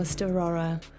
aurora